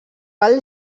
pel